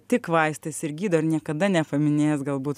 tik vaistais ir gydo ir niekada nepaminėjęs galbūt